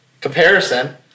comparison